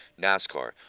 NASCAR